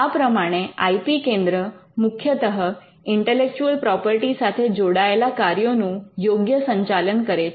આ પ્રમાણે I P કેન્દ્ર મુખ્યતઃ ઇન્ટેલેક્ચુઅલ પ્રોપર્ટી સાથે જોડાયેલા કાર્યોનું યોગ્ય સંચાલન કરે છે